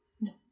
No